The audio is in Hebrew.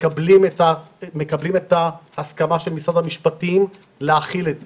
מקבלים את ההסכמה של משרד המשפטים להכיל את זה.